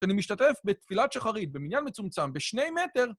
אני משתתף בתפילת שחרית במניין מצומצם בשני מטר.